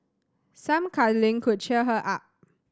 some cuddling could cheer her up